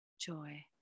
joy